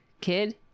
kid